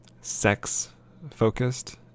sex-focused